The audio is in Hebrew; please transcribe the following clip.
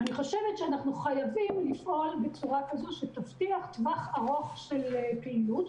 אני חושבת שאנחנו חייבים לפעול בצורה כזו שתבטיח טווח ארוך של פעילות,